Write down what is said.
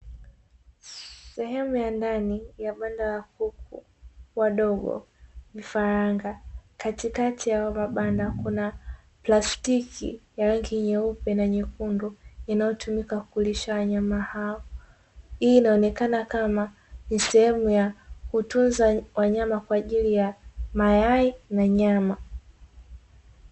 Sehemu ya ndani ya banda la kuku wadogo vifaranga, katikati ya hayo mabanda kuna plastiki ya rangi nyeupe na nyekundu inayotumika kulisha wanyama hao. Hii inaonekana kama ni sehemu ya kutunza wanyama kwa ajili ya mayai na nyama.